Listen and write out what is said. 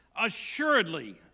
Assuredly